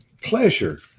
pleasure